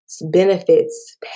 benefits